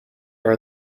are